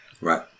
Right